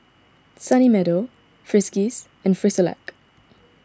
Sunny Meadow Friskies and Frisolac